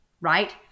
right